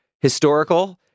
historical